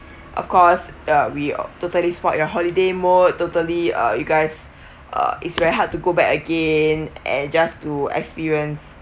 of course uh we totally spoilt your holiday mood totally uh you guys uh it's very hard to go back again and just to experience